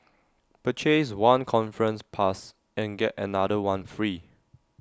purchase one conference pass and get another one free